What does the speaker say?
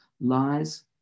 lies